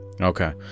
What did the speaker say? Okay